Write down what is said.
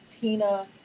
Tina